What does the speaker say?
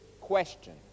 question